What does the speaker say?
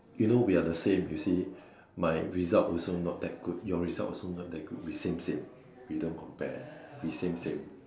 you know we are the same you see my result also not that good your result also not that good we same same we don't compare we same same